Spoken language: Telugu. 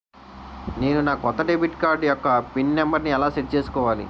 నేను నా కొత్త డెబిట్ కార్డ్ యెక్క పిన్ నెంబర్ని ఎలా సెట్ చేసుకోవాలి?